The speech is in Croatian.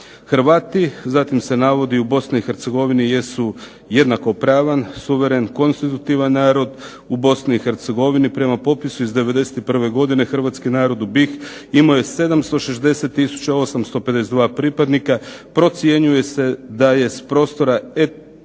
Hrvati, zatim se navodi u Bosni i Hercegovini jesu jednakopravan, suveren, konstitutivan narod, u Bosni i Hercegovini prema popisu iz '91. godine hrvatski narod u BiH imao je 760 tisuća 852 pripadnika, procjenjuje se da je s prostora etiteta